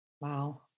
Wow